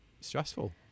stressful